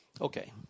Okay